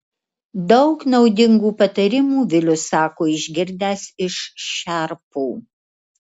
daug naudingų patarimų vilius sako išgirdęs iš šerpų